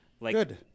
Good